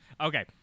Okay